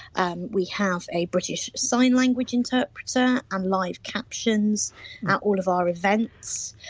and we have a british sign language interpreter and live captions at all of our events.